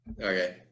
Okay